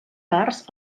parts